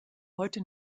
heute